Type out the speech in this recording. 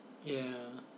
yeah